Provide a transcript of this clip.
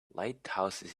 lighthouses